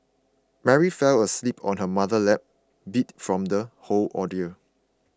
Mary fell asleep on her mother's lap beat from the whole ordeal